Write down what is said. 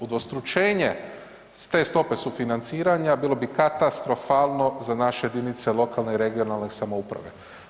Udvostručenje s te stope sufinanciranja bilo bi katastrofalno za naše jedinice lokalne i regionalne samouprave.